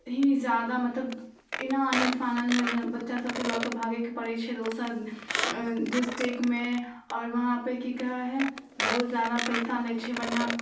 ही जादा मतलब एना आनन फाननमे बच्चासभकेँ लऽके भागैके पड़ै छै दोसर डिस्टिकमे आओर वहाँपर कि कहै हइ बहुत जादा पइसा लै छै वरना